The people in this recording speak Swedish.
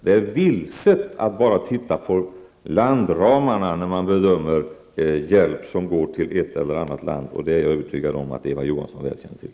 Det är vilset att bara titta på landramarna när man bedömer hjälp som går till ett eller annat land. Det är jag övertygad om att Eva Johansson väl känner till.